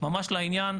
ממש לעניין,